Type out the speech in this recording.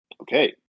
Okay